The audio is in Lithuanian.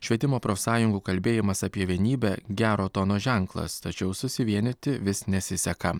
švietimo profsąjungų kalbėjimas apie vienybę gero tono ženklas tačiau susivienyti vis nesiseka